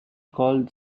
called